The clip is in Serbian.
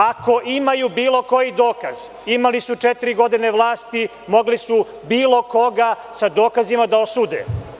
Ako imaju bilo koji dokaz, imali su četiri godine vlasti i mogli su bilo koga sa dokazima da osude.